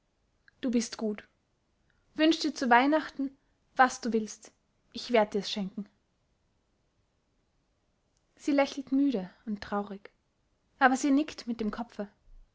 du bist gut wünsch dir zu weihnachten was du willst ich werd dir's schenken sie lächelt müde und traurig aber sie nickt mit dem kopfe